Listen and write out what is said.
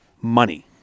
money